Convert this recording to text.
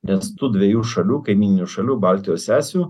nes tų dviejų šalių kaimyninių šalių baltijos sesių